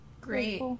great